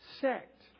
sect